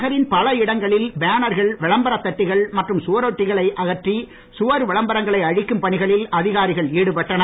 நகரின் பல இடங்களில் பேனர்கள் விளம்பரத் தட்டிகள் மற்றும் சுவரொட்டிகளை அகற்றி சுவர் விளம்பரங்களை அழிக்கும் பணிகளில் அதிகாரிகள் ஈடுபட்டனர்